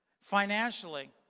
financially